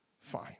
fine